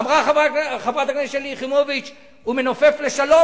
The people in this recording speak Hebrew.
אמרה חברת הכנסת יחימוביץ, הוא מנופף לשלום?